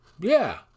Yeah